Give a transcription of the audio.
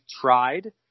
tried